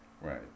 right